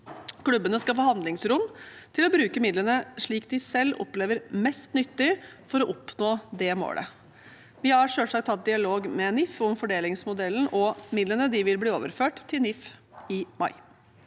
Klubbene skal få handlingsrom til å bruke midlene slik de selv opplever mest nyttig for å oppnå det målet. Vi har selvsagt hatt dialog med NIF om fordelingsmodellen, og midlene vil bli overført til NIF i mai.